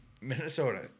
Minnesota